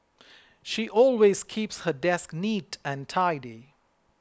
she always keeps her desk neat and tidy